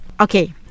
okay